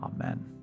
Amen